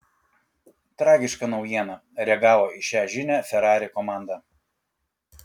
tragiška naujiena reagavo į šią žinią ferrari komanda